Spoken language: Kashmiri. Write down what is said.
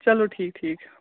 چلو ٹھیٖک ٹھیٖک